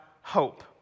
hope